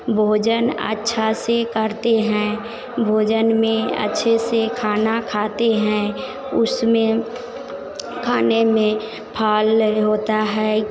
भोजन अच्छा से करते हैं भोजन में अच्छे से खाना खाते हैं उसमें खाने में फल लै होता है